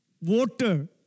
water